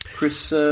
Chris